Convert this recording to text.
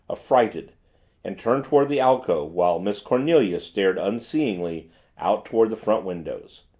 affrighted, and turned toward the alcove while miss cornelia stared unseeingly out toward the front windows.